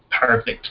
Perfect